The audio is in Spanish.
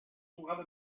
jugado